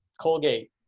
Colgate